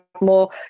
more